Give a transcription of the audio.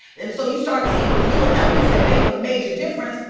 and so you start seein' those little elements that make a major difference.